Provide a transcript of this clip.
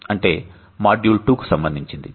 అంటే మాడ్యూల్ 2 కు సంబంధించినది